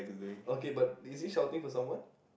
okay but is he shouting for someone